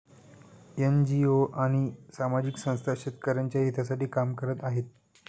NGO आणि सामाजिक संस्था शेतकऱ्यांच्या हितासाठी काम करत आहेत